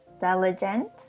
diligent